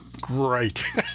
Great